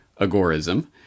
agorism